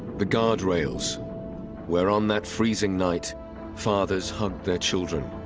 the guardrails where on that freezing night fathers hugged their children,